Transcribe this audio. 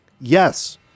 yes